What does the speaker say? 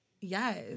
Yes